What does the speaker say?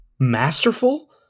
masterful